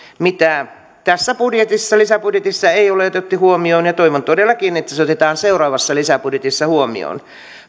mitä tässä lisäbudjetissa ei ole otettu huomioon ja toivon todellakin että se se otetaan seuraavassa lisäbudjetissa huomioon